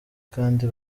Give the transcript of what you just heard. kandi